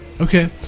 Okay